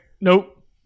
Nope